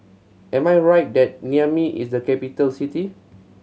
am I right that Niamey is a capital city